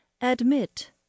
Admit